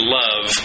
love